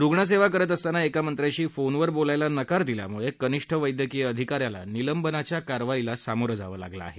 रुग्णसेवा करत असताना एका मंत्र्याशी फोनवर बोलायाला नकार दिल्यामुळे कनिष्ठ वद्धक्रीय अधिकाऱ्याला निलंबनाच्या कारवाईला सामोरं जावं लागलं आहे